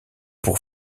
pour